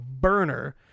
burner